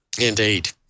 Indeed